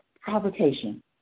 provocation